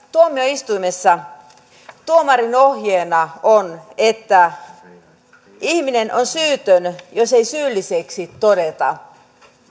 tuomioistuimessa tuomarinohjeena on että ihminen on syytön jos ei syylliseksi todeta